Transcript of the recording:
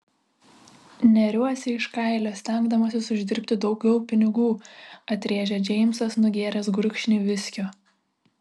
neriuosi iš kailio stengdamasis uždirbti daugiau pinigų atrėžė džeimsas nugėręs gurkšnį viskio